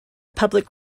public